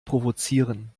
provozieren